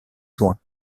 juin